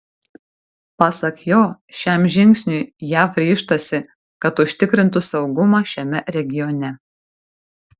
pasak jo šiam žingsniui jav ryžtasi kad užtikrintų saugumą šiame regione